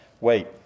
wait